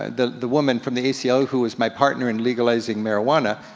ah the the woman from the aco who was my partner in legalizing marijuana,